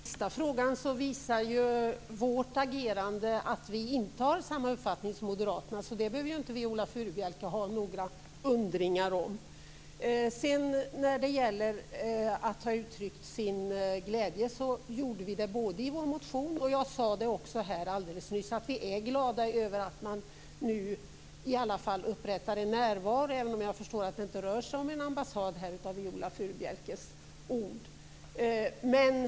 Herr talman! Beträffande den avslutande frågan visar vårt agerande att vi inte har samma uppfattning som moderaterna. Så det behöver inte Viola Furubjelke ha några funderingar om. Vi uttryckte vår glädje i vår motion. Jag sade också alldeles nyss att vi är glada över att man nu i alla fall upprättar en närvaro, även om jag förstår av det som Viola Furubjelke säger att det inte rör sig om en ambassad.